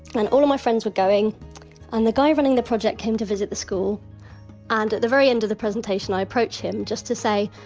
and all of my friends were going and the guy running the project came to visit the school and at the very end of the presentation i approached him, just to say,